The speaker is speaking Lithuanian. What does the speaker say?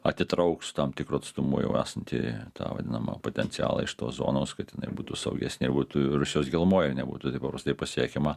atitrauks tam tikru atstumu jau esantį tą vadinamą potencialą iš tos zonos kad jinai būtų saugesnė būtų rusijos gilumoj o nebūtų taip paprastai pasiekiama